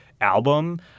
album